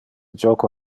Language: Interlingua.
joco